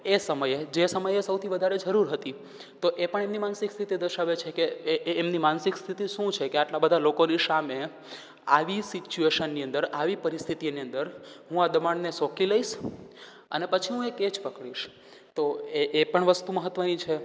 એ સમયે જે સમયે સૌથી વધારે જરૂર હતી તો એ પણ એમની માનસિક સ્થિતિ દર્શાવે છે કે એ એમની માનસિક સ્થિતિ શું છે કે આટલા બધા લોકોની સામે આવી સિચ્યુએશનની અંદર આવી પરિસ્થિતિની અંદર હું આ દબાણને શોકી લઈશ અને પછી હું એ કેચ પકડીશ તો એ એ પણ વસ્તુ મહત્ત્વની છે